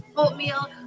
Oatmeal